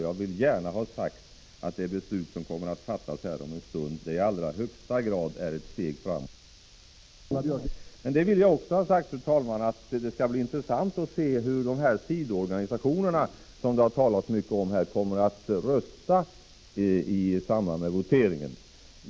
Jag vill gärna ha sagt att det beslut som kommer att fattas här om en stund i allra högsta grad är ett steg framåt för svensk miljövård. Men jag vill också ha sagt, fru talman, att det skall bli intressant att se hur de sidoorganisationer som det har talats så mycket om kommer att rösta i samband med voteringen.